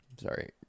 Sorry